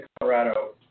Colorado